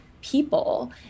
people